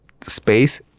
space